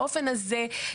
באופן הזה,